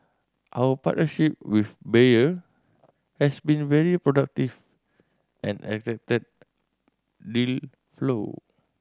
our partnership with Bayer has been very productive and attracted deal flow